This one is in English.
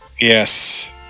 Yes